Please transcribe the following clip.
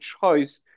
choice